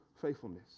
faithfulness